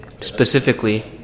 specifically